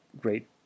great